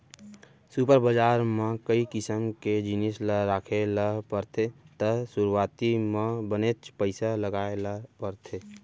super बजार म कई किसम के जिनिस ल राखे ल परथे त सुरूवाती म बनेच पइसा लगाय ल परथे